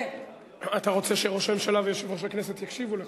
אתה רוצה שראש הממשלה ויושב-ראש הכנסת יקשיבו לך?